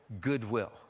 goodwill